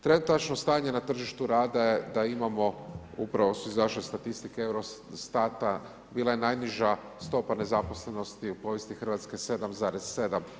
Trenutačno stanje na tržištu rada je da imamo upravo su izašle statistike EUROSTAT-a bila je najniža stopa nezaposlenosti u povijesti 7,7%